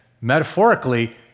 metaphorically